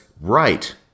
right